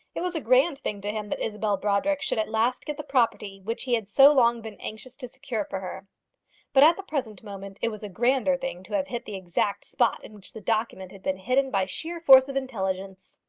it was a grand thing to him that isabel brodrick should at last get the property which he had so long been anxious to secure for her but at the present moment it was a grander thing to have hit the exact spot in which the document had been hidden by sheer force of intelligence.